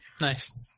Nice